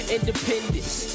Independence